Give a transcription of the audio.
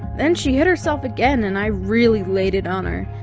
then she hit herself again and i really laid it on her.